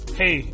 hey